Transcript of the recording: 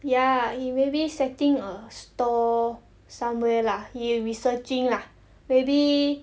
ya he maybe setting a store somewhere lah he researching lah